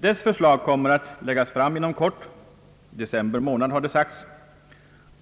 Dess förslag kommer att läggas fram inom kort — i december månad har det sagts.